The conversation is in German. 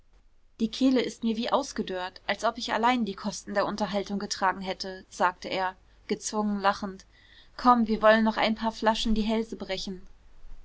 die kehle ist mir wie ausgedörrt als ob ich allein die kosten der unterhaltung getragen hätte sagte er gezwungen lachend komm wir wollen noch ein paar flaschen die hälse brechen